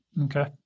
Okay